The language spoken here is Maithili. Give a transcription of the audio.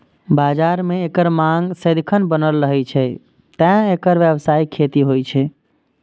बाजार मे एकर मांग सदिखन बनल रहै छै, तें एकर व्यावसायिक खेती होइ छै